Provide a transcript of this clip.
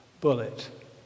bullet